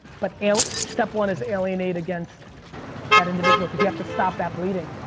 but and step one is alienate against that individual, cuz you have to stop that bleeding.